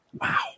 Wow